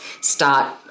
start